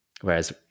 Whereas